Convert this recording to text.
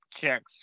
checks